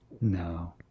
No